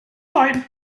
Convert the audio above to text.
sein